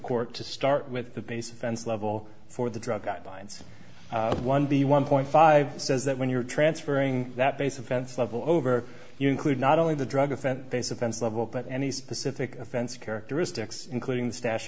court to start with the basic sense level for the drug guidelines one the one point five says that when you're transferring that base offense level over you include not only the drug offender they suspended level but any specific offense characteristics including the stash